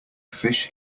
fish